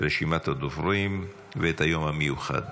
רשימת הדוברים ואת היום המיוחד.